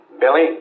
Billy